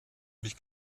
mich